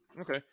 Okay